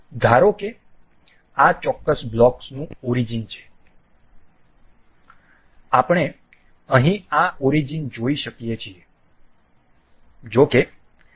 ધારો કે આ ચોક્કસ બ્લોકનું ઓરીજીન છે આપણે અહીં આ ઓરીજીન જોઈ શકીએ છીએ